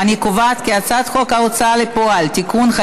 חוק ההוצאה לפועל (תיקון,